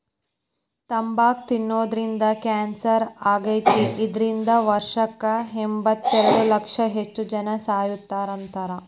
ತಂಬಾಕ್ ತಿನ್ನೋದ್ರಿಂದ ಕ್ಯಾನ್ಸರ್ ಆಕ್ಕೇತಿ, ಇದ್ರಿಂದ ವರ್ಷಕ್ಕ ಎಂಬತ್ತಲಕ್ಷಕ್ಕೂ ಹೆಚ್ಚ್ ಜನಾ ಸಾಯಾಕತ್ತಾರ